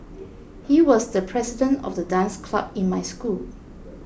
he was the president of the dance club in my school